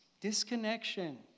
disconnection